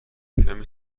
کمی